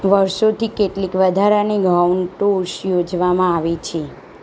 વર્ષોથી કેટલીક વધારાની ગૌણ ટૂર્સ યોજવામાં આવી છે